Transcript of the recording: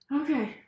Okay